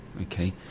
okay